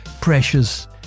precious